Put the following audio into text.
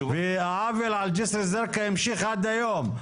והעוול על ג'סר א-זרקא המשיך עד היום.